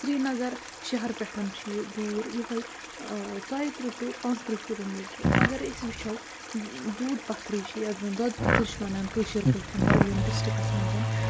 سرینگر شہر پٮ۪ٹھ چھُ یہِ دوٗر یِہوٚے ژۄیہٕ تٕرٛہ ٹُہ پانٛژھ تٕرٛہ کِلوٗ میٖٹَر اَگر أسۍ وٕچھو دوٗدھ پَتھری چھِ یَتھ زَن دۄد پَتھٕر چھِ وَنان کٲشِر پٲٹھۍ بَڈگٲمۍ ڈِسٹِرٛکَس منٛز